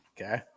Okay